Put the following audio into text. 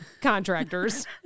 contractors